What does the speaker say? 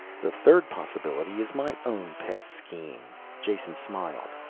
the third possibility is my own pet scheme, jason smiled.